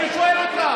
אני שואל אותך.